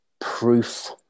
proof